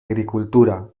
agricultura